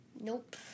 Nope